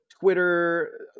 Twitter